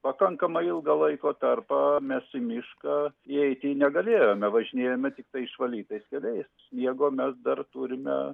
pakankamai ilgą laiko tarpą mes į mišką įeiti negalėjome važinėjomės tiktai išvalytais keliais sniego mes dar turime